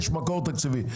יש מקור תקציבי.